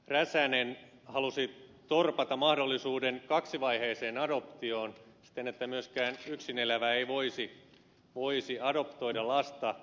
räsänen halusi torpata mahdollisuuden kaksivaiheiseen adoptioon siten että myöskään yksin elävä ei voisi adoptoida lasta